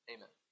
Amen